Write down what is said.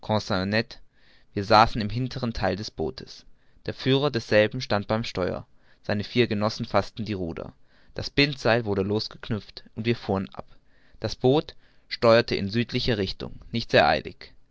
wir saßen im hinteren theile des bootes der führer desselben stand beim steuer seine vier genossen faßten ihre ruder das bindseil wurde losgeknüpft und wir fuhren ab das boot steuerte in südlicher richtung nicht sehr